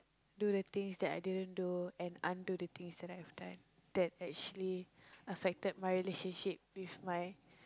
do the things that I didn't do and undo the things that I've done that actually affected my relationship with my